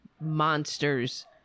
monsters